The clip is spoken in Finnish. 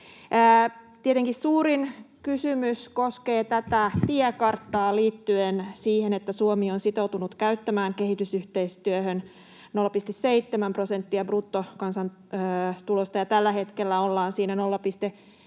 Tietenkin suurin kysymys koskee tätä tiekarttaa liittyen siihen, että Suomi on sitoutunut käyttämään kehitysyhteistyöhön 0,7 prosenttia bruttokansantulosta. Tällä hetkellä ollaan siinä 0,5 prosentin